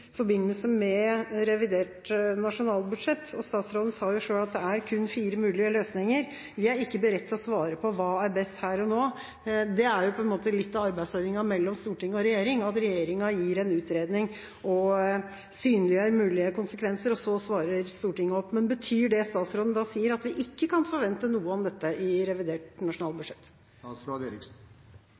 forbindelse med revidert nasjonalbudsjett, og statsråden sa selv at det er kun fire mulige løsninger. Vi er ikke beredt til å svare her og nå på hva som er best. Det er litt av arbeidsdelinga mellom storting og regjering, at regjeringa kommer med en utredning og synliggjør mulige konsekvenser, og så svarer Stortinget. Betyr det statsråden sier, at vi ikke kan forvente noe om dette i revidert nasjonalbudsjett?